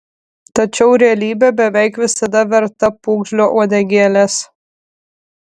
tačiau realybė beveik visada verta pūgžlio uodegėlės